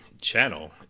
channel